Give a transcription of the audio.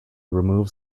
remove